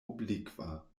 oblikva